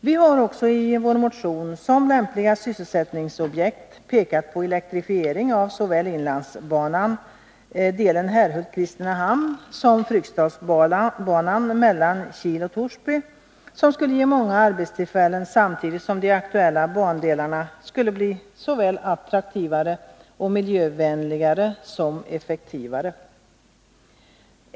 Vi har också i en motion som lämpligt sysselsättningsobjekt pekat på elektrifiering av såväl Inlandsbanan, bandelen Herrhult-Kristinehamn, som Fryksdalsbanan mellan Kil och Torsby. En sådan åtgärd skulle ge många arbetstillfällen, samtidigt som de aktuella bandelarna skulle bli såväl attraktivare och miljövänligare som effektivare.